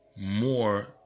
more